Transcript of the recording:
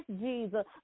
Jesus